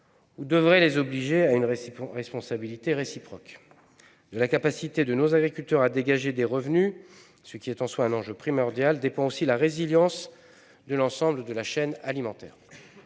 ou devrait les obliger, à une responsabilité réciproque. De la capacité de nos agriculteurs à dégager des revenus, ce qui est en soi un enjeu primordial, dépendent aussi la résilience de l'ensemble de la chaîne agroalimentaire